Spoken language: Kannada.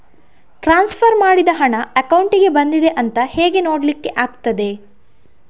ಟ್ರಾನ್ಸ್ಫರ್ ಮಾಡಿದ ಹಣ ಅಕೌಂಟಿಗೆ ಬಂದಿದೆ ಅಂತ ಹೇಗೆ ನೋಡ್ಲಿಕ್ಕೆ ಆಗ್ತದೆ?